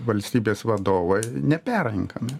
valstybės vadovai neperrenkami